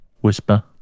whisper